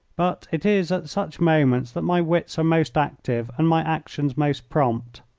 but it is at such moments that my wits are most active and my actions most prompt.